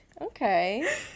Okay